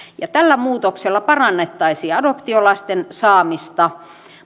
tällä muutoksella parannettaisiin adoptiolasten saamista